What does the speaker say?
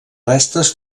restes